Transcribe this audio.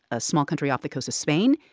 a small country off the coast of spain,